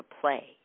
play